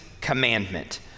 commandment